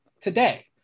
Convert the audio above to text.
today